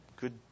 good